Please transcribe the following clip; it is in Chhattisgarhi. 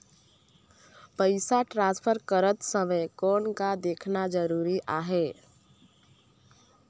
पइसा ट्रांसफर करत समय कौन का देखना ज़रूरी आहे?